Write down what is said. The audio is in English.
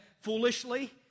foolishly